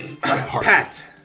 Pat